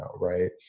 right